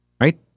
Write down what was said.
right